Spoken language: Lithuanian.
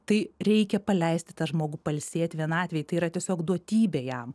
tai reikia paleisti tą žmogų pailsėt vienatvėj tai yra tiesiog duotybė jam